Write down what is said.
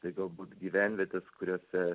tai galbūt gyvenvietės kuriose